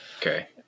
Okay